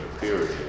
period